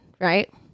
right